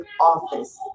office